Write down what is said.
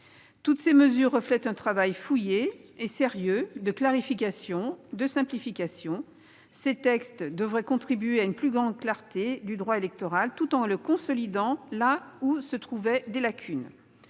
Toutes ces mesures reflètent un travail fouillé et sérieux de clarification et de simplification. Ces textes devraient contribuer à une plus grande clarté du droit électoral tout en le consolidant là où se trouvaient des lacunes.